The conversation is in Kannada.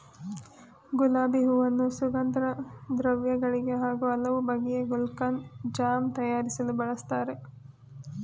ಗುಲಾಬಿ ಹೂವನ್ನು ಸುಗಂಧದ್ರವ್ಯ ಗಳಿಗೆ ಹಾಗೂ ಹಲವು ಬಗೆಯ ಗುಲ್ಕನ್, ಜಾಮ್ ತಯಾರಿಸಲು ಬಳ್ಸತ್ತರೆ